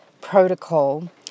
protocol